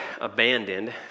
abandoned